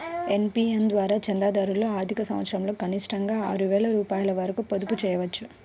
NPS ద్వారా చందాదారులు ఆర్థిక సంవత్సరంలో కనిష్టంగా ఆరు వేల రూపాయల వరకు మదుపు చేయవచ్చు